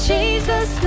Jesus